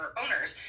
owners